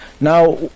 Now